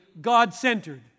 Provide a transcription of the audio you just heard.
God-centered